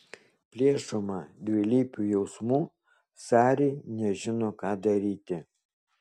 plėšoma dvilypių jausmų sari nežino ką daryti